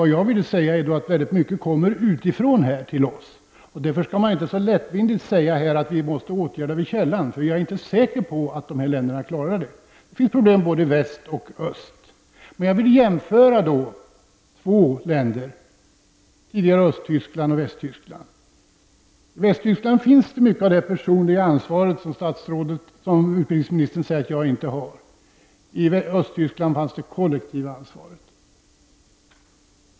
Vad jag har velat framhålla är att väldigt mycket av föroreningar här kommer utifrån. Man kan inte lättvindigt bara hänvisa till att sådana här saker måste åtgärdas vid källan. Jag är nämligen inte säker på att de länder som det gäller klarar det här. Det finns problem i både väst och öst. Jag har valt att göra en jämförelse mellan två länder, mellan det forna Öst resp. Västtyskland. I Västtyskland finns mycket av det personliga ansvar som utbildningsministern säger att jag inte har. I Östtyskland har det funnits ett kollektivt ansvar.